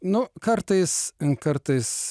nu kartais kartais